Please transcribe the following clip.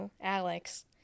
Alex